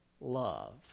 love